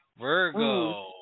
Virgo